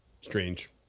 Strange